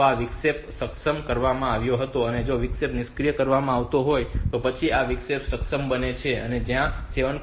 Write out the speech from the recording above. તો આ વિક્ષેપ સક્ષમ કરવામાં આવ્યો હતો તો આ વિક્ષેપ નિષ્ક્રિય કરવામાં આવ્યો હતો અને પછી આ વિક્ષેપ સક્ષમ બને છે જ્યાં આ 7